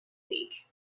week